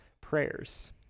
prayers